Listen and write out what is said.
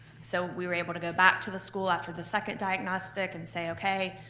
so we were able to go back to the school after the second diagnostic and say, okay,